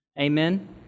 Amen